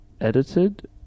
edited